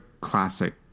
classic